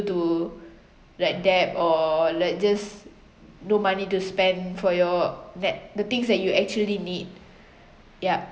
to like debt or like just no money to spend for your that the things that you actually need yup